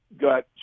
got